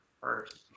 first